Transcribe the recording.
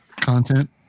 content